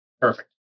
Perfect